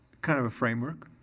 kind of a framework,